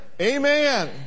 Amen